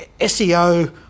SEO